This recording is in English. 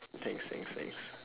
thanks thanks thanks